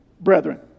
brethren